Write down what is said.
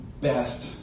best